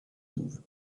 douves